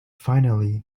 finally